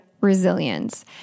resilience